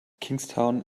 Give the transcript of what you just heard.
kingstown